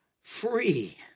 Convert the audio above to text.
free